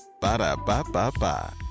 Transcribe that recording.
Ba-da-ba-ba-ba